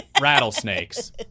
rattlesnakes